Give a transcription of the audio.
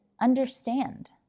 understand